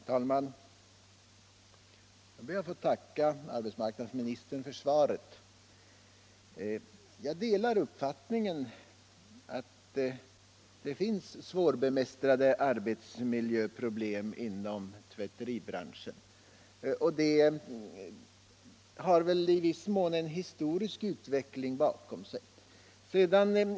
Herr talman! Jag ber att få tacka arbetsmarknadsministern för svaret. Jag delar uppfattningen att det finns svårbemästrade arbetsmiljöproblem inom tvätteribranschen. De har i viss mån historisk bakgrund.